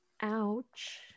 Ouch